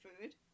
food